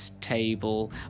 table